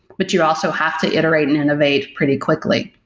but you also have to iterate and innovate pretty quickly.